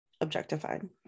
objectified